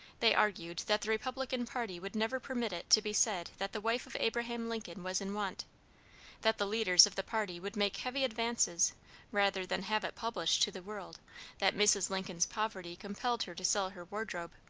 they argued that the republican party would never permit it to be said that the wife of abraham lincoln was in want that the leaders of the party would make heavy advances rather than have it published to the world that mrs. lincoln's poverty compelled her to sell her wardrobe.